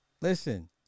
listen